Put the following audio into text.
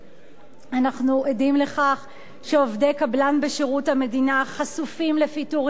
אנחנו עדים לכך שעובדי קבלן בשירות המדינה חשופים לפיטורים ללא פיקוח,